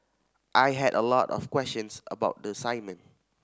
I had a lot of questions about the assignment